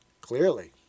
Clearly